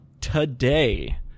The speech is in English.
today